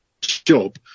job